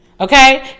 Okay